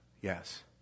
Yes